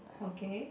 okay